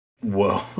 whoa